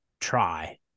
try